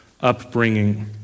upbringing